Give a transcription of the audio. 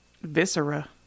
Viscera